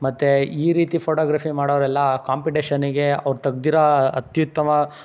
ಮತ್ತು ಈ ರೀತಿ ಫೋಟೋಗ್ರಫಿ ಮಾಡೋವ್ರೆಲ್ಲ ಕಾಂಪಿಟೀಷನ್ನಿಗೆ ಅವ್ರು ತೆಗ್ದಿರೋ ಅತ್ಯುತ್ತಮ